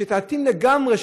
שתתאים לגמרי,